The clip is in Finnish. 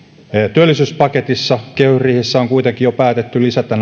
työllisyyspaketissa kehysriihessä on kuitenkin jo päätetty lisätä